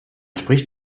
spricht